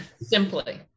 Simply